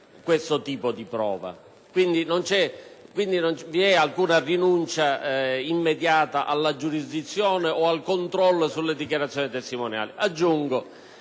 prova. Non vi e alcuna rinuncia immediata alla giurisdizione o al controllo sulle dichiarazioni testimoniali.